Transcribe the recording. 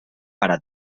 para